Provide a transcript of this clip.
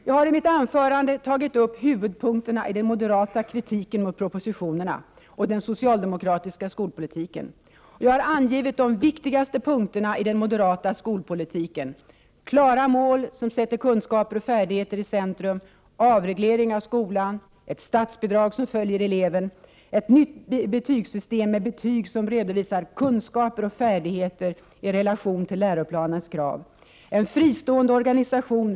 Jag har i mitt anförande tagit upp huvudpunkterna i den moderata kritiken mot propositionen och den socialdemokratiska skolpolitiken. Jag har angivit de viktigaste punkterna i den moderata skolpolitiken: - Klara mål som sätter kunskaper och färdigheter i centrum. - Ett statsbidrag som följer eleven.